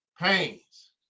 pains